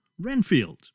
Renfield